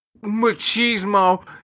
machismo